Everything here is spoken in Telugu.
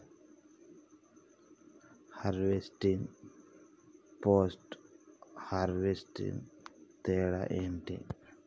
హార్వెస్టింగ్, పోస్ట్ హార్వెస్టింగ్ తేడా ఏంటి?